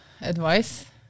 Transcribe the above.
advice